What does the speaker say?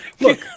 Look